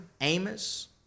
Amos